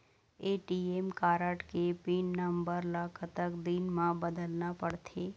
ATM card के PIN number ला कतक दिन म बदलना पड़थे?